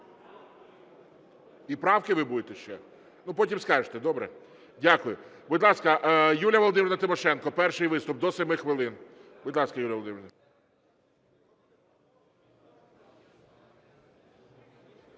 І правки ви будете ще? Потім скажете, добре? Дякую. Будь ласка, Юлія Володимирівна Тимошенко, перший виступ – до 7 хвилин. Будь ласка, Юлія Володимирівна.